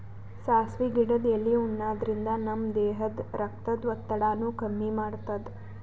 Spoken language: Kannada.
ಸಾಸ್ವಿ ಗಿಡದ್ ಎಲಿ ಉಣಾದ್ರಿನ್ದ ನಮ್ ದೇಹದ್ದ್ ರಕ್ತದ್ ಒತ್ತಡಾನು ಕಮ್ಮಿ ಮಾಡ್ತದ್